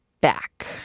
back